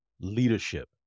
leadership